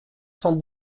sans